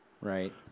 Right